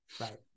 Right